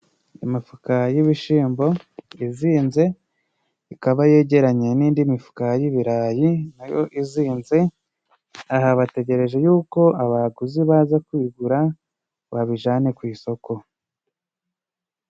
Imifuka y'ibishimbo izinze ikaba yegeranye n'indi mifuka y'ibirayi nayo izinze, aha bategereje y'uko abaguzi baza kubigura babijane ku isoko.